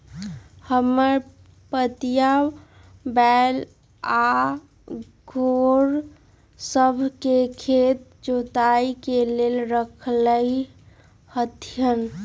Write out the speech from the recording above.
हमर पितिया बैल आऽ घोड़ सभ के खेत के जोताइ के लेल रखले हथिन्ह